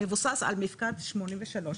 הוא מבוסס על מפקד שמונים ושלוש.